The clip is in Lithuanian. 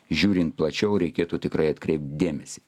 žiūrint plačiau reikėtų tikrai atkreipt dėmesį